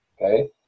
Okay